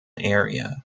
area